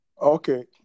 Okay